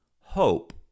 hope